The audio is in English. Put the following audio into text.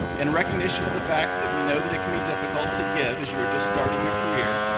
in recognition of the fact that we know that it can be difficult to give as you are just starting your career,